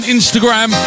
Instagram